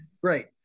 Great